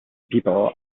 people